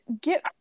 get